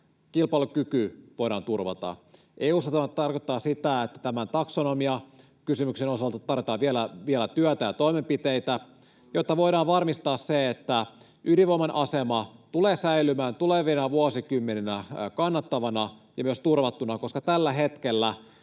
kilpailukyky voidaan turvata. EU:ssa tämä tarkoittaa sitä, että tämän taksonomiakysymyksen osalta tarvitaan vielä työtä ja toimenpiteitä, jotta voidaan varmistaa se, että ydinvoiman asema tulee säilymään tulevina vuosikymmeninä kannattavana ja myös turvattuna, koska tällä hetkellä